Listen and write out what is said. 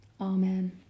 Amen